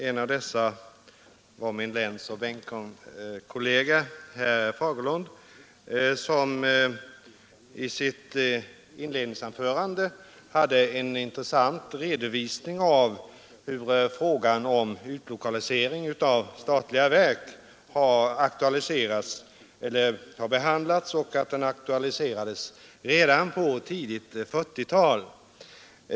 En av dessa var min länsoch bänkkollega herr Fagerlund, som i sitt inledningsanförande gjorde en intressant redovisning för hur frågan om utlokalisering av statliga verk har behandlats och hur den aktualiserades redan i början på 1940-talet.